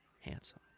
handsome